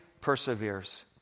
perseveres